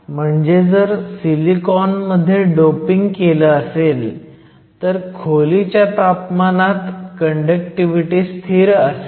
म्हणजे जर सिलिकॉन मध्ये डोपिंग केलं असेल तर खोलीच्या तापमानात कंडक्टिव्हिटी स्थिर असेल